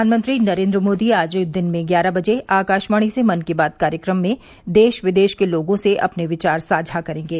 प्रधानमंत्री नरेंद्र मोदी आज दिन में ग्यारह बजे आकाशवाणी से मन की बात कार्यक्रम में देश विदेश के लोगों से अपने विचार साझा करेंगे